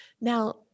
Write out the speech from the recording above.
now